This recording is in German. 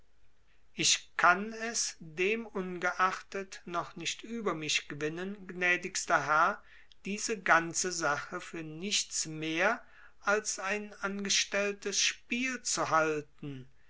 ich kann es demungeachtet noch nicht über mich gewinnen gnädigster herr diese ganze sache für nichts mehr als ein angestelltes spiel zu halten